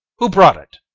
who brought it?